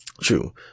True